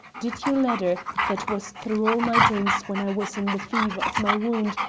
did your letter, that was through all my dreams when i was in the fever of my wound,